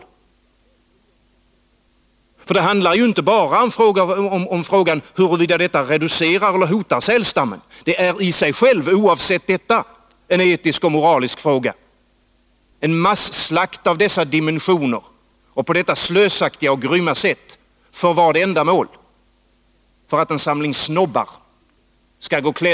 Det handlar ju inte bara om frågan huruvida detta reducerar eller hotar sälstammen. En mass-slakt av dessa dimensioner och på detta slösaktiga och grymma sätt är i sig själv en etisk och moralisk fråga. För vilket ändamål sker då detta?